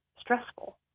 stressful